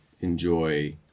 enjoy